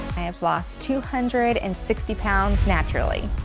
i have lost two hundred and sixty pounds naturally.